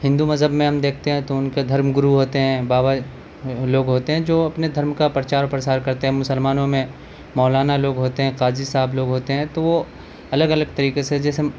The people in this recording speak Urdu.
ہندو مذہب میں ہم دیکھتے ہیں تو ان کے دھرم گرو ہوتے ہیں بابا لوگ ہوتے ہیں جو اپنے دھرم کا پرچار و پرسار کرتے ہیں مسلمانوں میں مولانا لوگ ہوتے ہیں قاضی صاحب لوگ ہوتے ہیں تو وہ الگ الگ طریقے سے جیسے